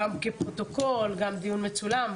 גם כפרוטוקול וגם כדיון מצולם.